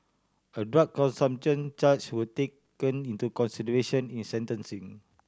a drug consumption charge was taken into consideration in sentencing